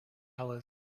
colors